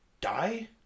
die